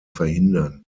verhindern